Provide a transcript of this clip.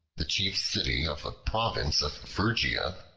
the chief city of a province of phrygia,